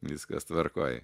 viskas tvarkoj